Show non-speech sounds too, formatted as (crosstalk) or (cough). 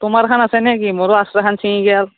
তোমাৰখন আছে নে কি মোৰো (unintelligible) চিঙি গ'ল